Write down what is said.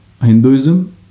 Hinduism